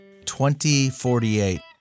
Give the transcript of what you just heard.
2048